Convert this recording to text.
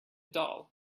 doll